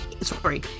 sorry